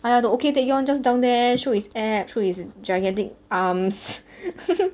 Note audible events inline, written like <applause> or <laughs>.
!aiya! the ok taecyeon just down there show his abs show his gigantic arms <laughs>